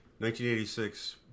1986